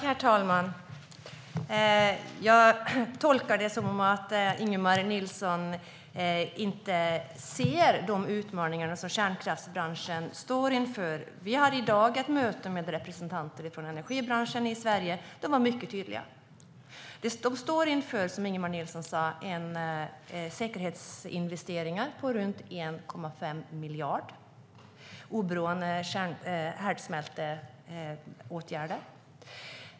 Herr talman! Jag tolkar det så att Ingemar Nilsson inte ser de utmaningar som kärnkraftsbranschen står inför. Vi hade i dag ett möte med representanter för energibranschen i Sverige. De var mycket tydliga. De står, som Ingemar Nilsson sa, inför säkerhetsinvesteringar på runt 1,5 miljarder, oberoende härdsmälteåtgärder.